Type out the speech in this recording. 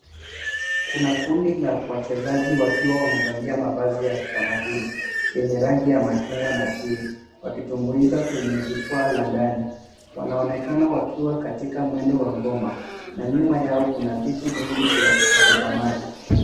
Kuna kundi la wachezaji wakiwa wamevalia mavazi ya kitamaduni, yenye rangi ya machungwa na chui, wakitumbuiza kwenye jukwaa la ndani. Wanaonekana wakiwa katika mwendo wa ngoma na nyuma ya huku kuna viti vingi vya watazamaji.